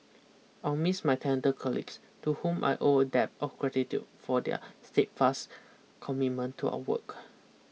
I'll miss my talent colleagues to whom I owe a debt of gratitude for their steadfast commitment to our work